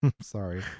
Sorry